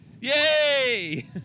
Yay